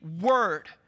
word